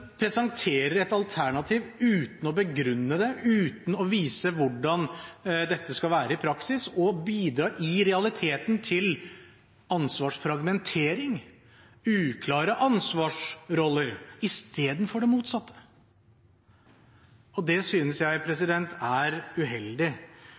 presenterer et alternativ uten å begrunne det og uten å vise hvordan dette skal være i praksis og bidrar i realiteten til ansvarsfragmentering og uklare ansvarsroller, istedenfor det motsatte. Det synes jeg